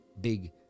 big